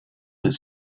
his